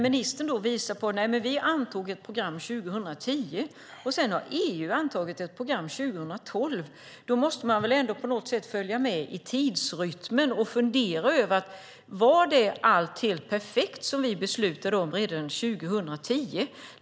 Ministern säger att vi antog ett program 2010, och sedan har EU antagit ett program 2012, men man måste väl ändå följa med i tidsrytmen och fundera över om allt som vi beslutade om under 2010 var helt perfekt.